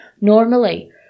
normally